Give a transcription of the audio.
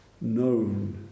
known